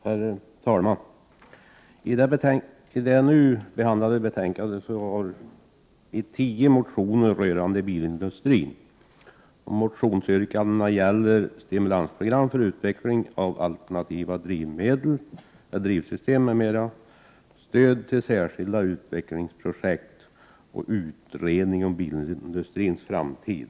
Herr talman! I det betänkande som vi nu behandlar finns tio motioner om bilindustrin. Motionsyrkandena gäller stimulansprogram för utveckling av 161 jekt och utredning om bilindustrins framtid.